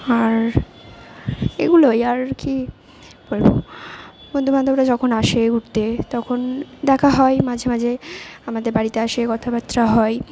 আর এগুলোই আর কি বন্ধু বান্ধবরা যখন আসে ঘুরতে তখন দেখা হয় মাঝে মাঝে আমাদের বাড়িতে আসে কথা বার্তা হয়